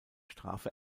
strafe